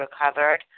recovered